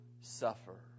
suffer